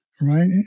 right